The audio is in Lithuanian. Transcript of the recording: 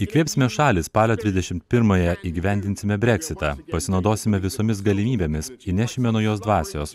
įkvėpsime šalį spalio trisdešim pirmąją įgyvendinsime breksitą pasinaudosime visomis galimybėmis įnešime naujos dvasios